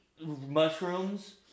mushrooms